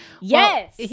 Yes